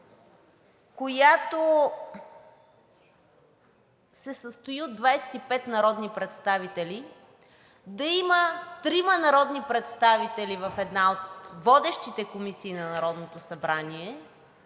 която се състои от 25 народни представители, да има трима народни представители в една от водещите комисии на Народното събрание,